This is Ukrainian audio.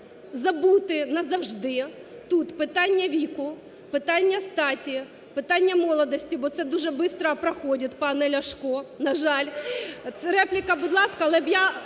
забути назавжди тут питання віку, питання статі, питання молодості, бо це дуже бистро проходить, пане Ляшко, на жаль. Репліка, будь ласка,